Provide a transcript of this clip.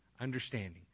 Understanding